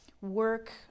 work